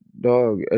dog